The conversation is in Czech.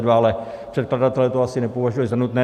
Ale předkladatelé to asi nepovažovali za nutné.